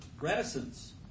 reticence